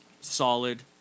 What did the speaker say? Solid